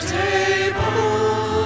table